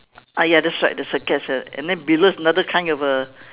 ah ya that's right that's right there's a and then below is another kind of a